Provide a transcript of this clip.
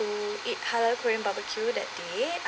to eat halal korean barbexue that day